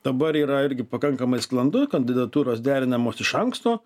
dabar yra irgi pakankamai sklandu kandidatūros derinamos iš anksto